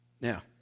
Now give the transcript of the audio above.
Now